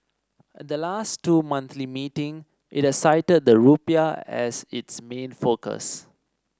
at the last two monthly meeting it has cited the rupiah as its main focus